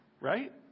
Right